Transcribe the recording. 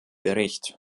bericht